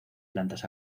plantas